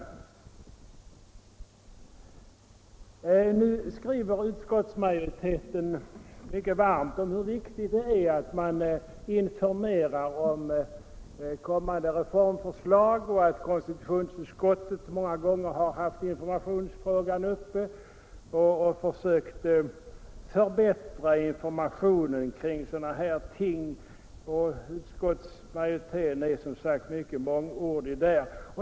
tjänsteutövning Nu skriver utskottets majoritet mycket varmt om hur viktigt det är m.m. att man informerar om kommande reformförslag och att konstitutionsutskottet många gånger haft informationsfrågan uppe och försökt för = Distribution i bättra informationen i sådana stycken. Utskottsmajoriteten är mycket = tjänstebrev av visst mångordig där.